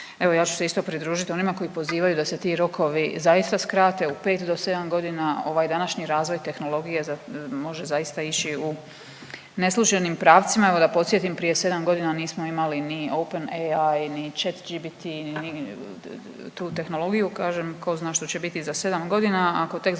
Evo, ja ću se isto pridružiti onima koji pozivaju da se ti rokovi zaista skrate, u 5 do 7 godina ovaj današnji razvoj tehnologije može zaista ići u neslućenim pravcima. Evo, da podsjetim, prije 7 godina nismo imali ni OpenAI ni ChatGPT ni tu tehnologiju, kažem, tko zna što će biti za 7 godina,